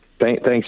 Thanks